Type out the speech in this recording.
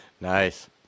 Nice